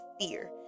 fear